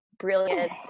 brilliant